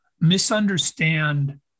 misunderstand